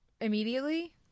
immediately